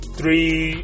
three